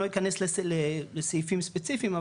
אני לא אכנס לסעיפים ספציפיים,